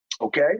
okay